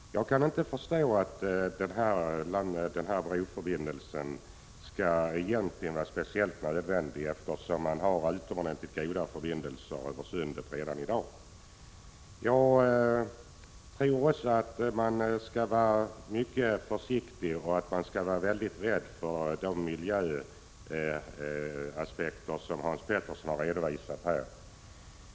Jag kan inte förstå att denna broförbindelse egentligen skall vara speciellt nödvändig, eftersom man har utomordentligt goda förbindelser över sundet redan i dag. Jag anser också att man skall vara mycket försiktig och rädd när det gäller de miljöaspekter som Hans Pettersson här har redovisat.